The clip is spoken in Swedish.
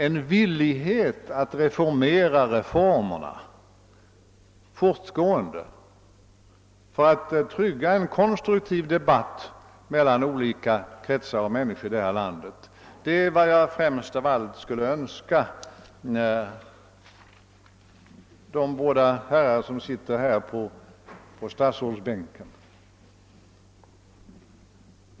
En villighet till att revidera re :ormer och att medverka till en konstruktiv debatt mellan olika kretsar av människor i detta land är vad jag främst skulle önska av de båda herrar som nu sitter på statsrådsbänken.